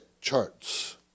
charts